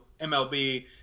MLB